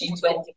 G20